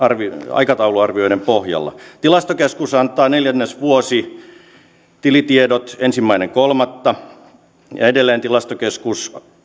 aikatauluarvioiden pohjana tilastokeskus antaa neljännesvuositilitiedot ensimmäinen kolmatta ja edelleen tilastokeskus